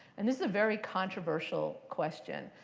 and this is a very controversial question.